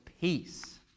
peace